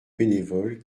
bénévoles